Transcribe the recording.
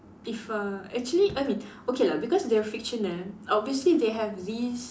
if uh actually I mean okay lah because they were fictional obviously they have these